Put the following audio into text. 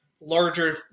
larger